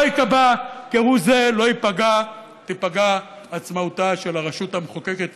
לא תיפגע כהוא זה עצמאותה של הרשות המחוקקת,